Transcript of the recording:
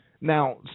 Now